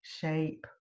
shape